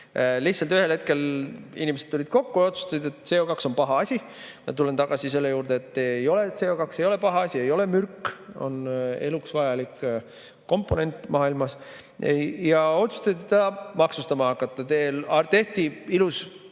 Lihtsalt ühel hetkel inimesed tulid kokku ja otsustasid, et CO2on paha asi. Ma tulen tagasi selle juurde, et ei ole CO2paha asi, ei ole mürk, see on eluks vajalik komponent maailmas. Aga otsustati seda maksustama hakata. Tehti ilus paber,